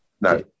no